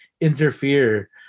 interfere